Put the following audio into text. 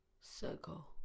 Circle